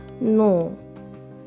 No